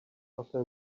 after